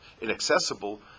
inaccessible